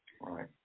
right